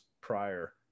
prior